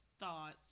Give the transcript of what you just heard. thoughts